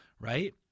Right